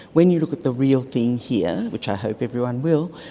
when you look at the real thing here, which i hope everyone will,